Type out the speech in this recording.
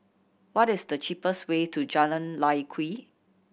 what is the cheapest way to Jalan Lye Kwee